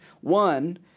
One